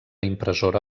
impressora